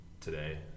today